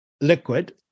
liquid